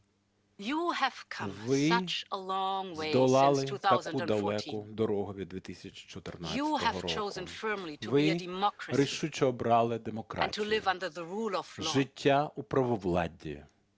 Ви здолали таку далеку дорогу від 2014 року, ви рішуче обрали демократію, життя у правовладді.